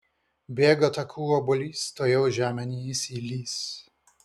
bėga taku obuolys tuojau žemėn jis įlįs